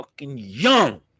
young